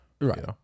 right